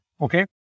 okay